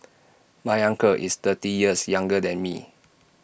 my uncle is thirty years younger than me